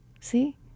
See